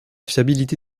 fiabilité